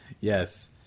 Yes